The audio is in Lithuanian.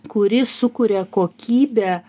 kuri sukuria kokybę